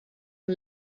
een